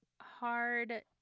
hard